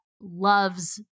loves